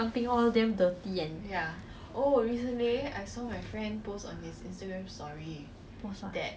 my god